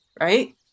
right